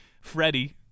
Freddie